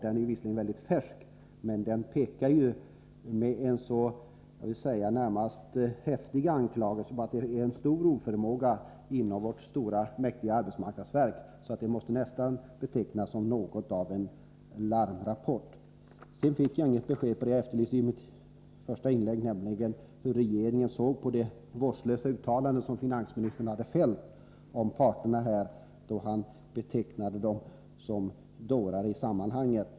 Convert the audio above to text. Den är visserligen färsk, men där pekas genom en häftig anklagelse på att det är en stor oförmåga inom vårt stora och mäktiga arbetsmarknadsverk. Rapporten måste närmast betecknas som en larmrapport. Jag fick inget besked om det jag efterlyste i mitt första inlägg, nämligen hur regeringen såg på finansminister Feldts vårdslösa uttalande om parterna, då han betecknade dem som dårar i sammanhanget.